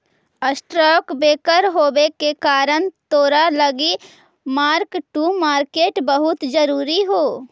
stock broker होबे के कारण तोरा लागी मार्क टू मार्केट बहुत जरूरी हो